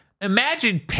Imagine